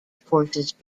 forces